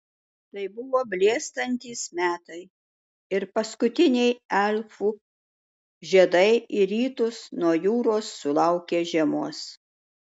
tai buvo blėstantys metai ir paskutiniai elfų žiedai į rytus nuo jūros sulaukė žiemos